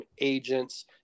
agents